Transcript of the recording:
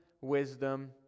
wisdom